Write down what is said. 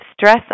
stress